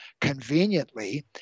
conveniently